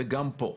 וגם פה.